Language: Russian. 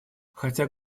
хотя